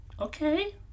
Okay